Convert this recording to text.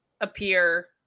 appear